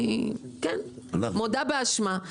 מודה באשמה.